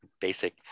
basic